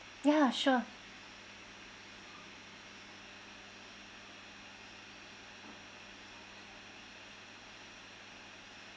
ya sure